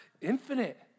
infinite